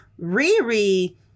Riri